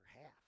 half